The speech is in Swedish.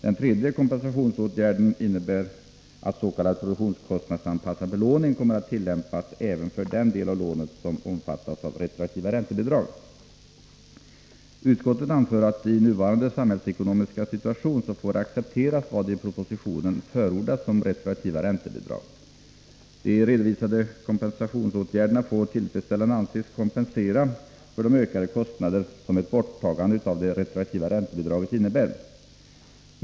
Den tredje kompensationsåtgärden innebär att s.k. produktionskostnadsanpassad belåning kommer att tillämpas även för den del av lånet som omfattas av retroaktiva räntebidrag. Utskottet anför att vad i propositionen förordas om retroaktiva räntebidrag får accepteras i nuvarande samhällsekonomiska situation. De redovisade kompensationsåtgärderna får anses tillfredsställande kompensera de ökade kostnader som ett borttagande av de retroaktiva räntebidragen innebär.